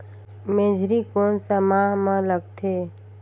मेझरी कोन सा माह मां लगथे